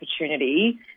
opportunity